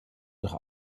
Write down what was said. noch